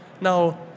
Now